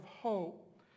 hope